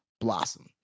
blossom